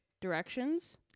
directions